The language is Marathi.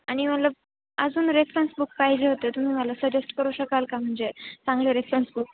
आणि मला अजून रेफ्रन्स बुक पाहिजे होते तुम्ही मला सजेस्ट करू शकाल का म्हणजे चांगले रेफ्रन्स बुक